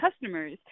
customers